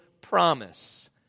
promise